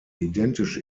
identisch